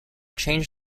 change